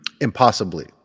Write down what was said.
Impossibly